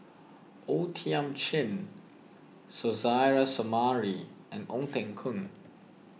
O Thiam Chin Suzairhe Sumari and Ong Teng Koon